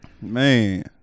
Man